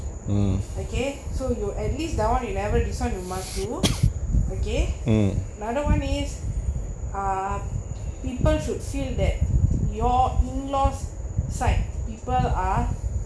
okay so you at least that [one] you never disown you must do okay another one is ah people should feel that uh your in-laws side people are